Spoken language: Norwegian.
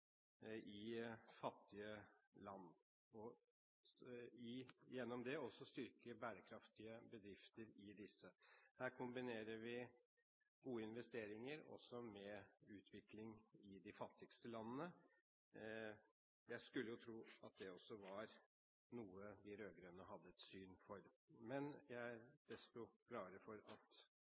i fattige land og gjennom det også styrke bærekraftige bedrifter i disse. Her kombinerer vi gode investeringer med utvikling i de fattigste landene. Jeg skulle jo tro at det også var noe de rød-grønne hadde et syn for, men jeg er desto gladere for at